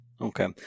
Okay